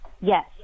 Yes